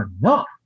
enough